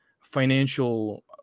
financial